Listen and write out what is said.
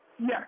Yes